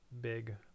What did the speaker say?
big